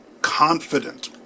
confident